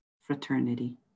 fraternity